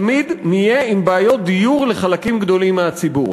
אנחנו תמיד נהיה עם בעיות דיור אצל חלקים גדולים מהציבור.